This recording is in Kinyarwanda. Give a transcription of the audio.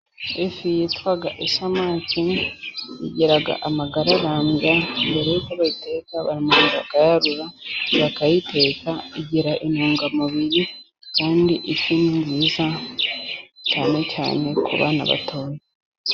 Ifi yitwa isamake igira amagaragamba, mbere yuko bayiteka baramanza bakayaharura bakayiteka, igira intunga mubiri kandi ifi ninziza cyane, ku bana batoya.